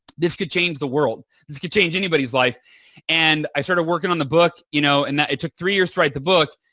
this could change the world. this could change anybody's life. hal and i started working on the book you know and it took three years to write the book.